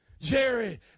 Jerry